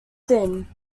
thin